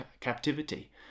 captivity